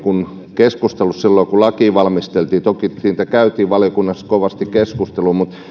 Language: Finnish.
keskustelu silloin kun lakia valmisteltiin toki siitä käytiin valiokunnassa kovasti keskustelua mutta